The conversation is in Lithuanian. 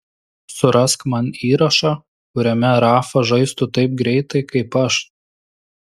surask man įrašą kuriame rafa žaistų taip greitai kaip aš